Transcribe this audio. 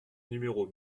numéros